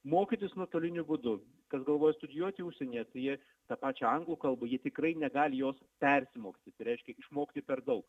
mokytis nuotoliniu būdu kas galvoja studijuoti užsienyje tai jie tą pačią anglų kalbą jie tikrai negali jos persimokyti tai reiškia išmokti per daug